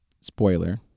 spoiler